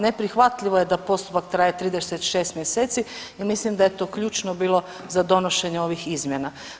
Neprihvatljivo je da postupak traje 36 mj. i mislim da je to ključno bilo za donošenje ovih izmjena.